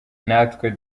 natwe